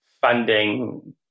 funding